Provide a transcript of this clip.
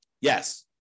Yes